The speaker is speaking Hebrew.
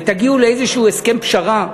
ותגיעו לאיזשהו הסכם פשרה,